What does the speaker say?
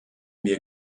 wir